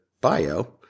bio